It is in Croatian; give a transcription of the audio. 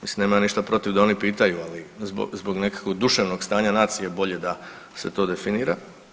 Mislim, nemam ništa protiv da oni pitaju, ali zbog nekakvog duševnog stanja nacije, bolje da se to definira.